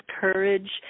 Courage